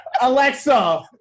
Alexa